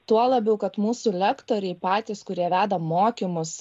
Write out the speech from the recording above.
tuo labiau kad mūsų lektoriai patys kurie veda mokymus